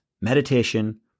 meditation